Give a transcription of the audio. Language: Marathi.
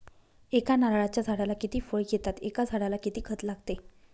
एका नारळाच्या झाडाला किती फळ येतात? एका झाडाला किती खत लागते?